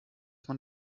man